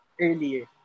earlier